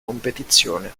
competizione